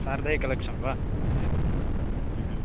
सार्धैकलक्षं वा एवम्